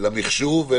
למחשוב,